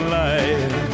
life